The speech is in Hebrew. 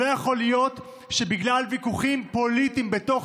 לא יכול להיות שבגלל ויכוחים פוליטיים בתוך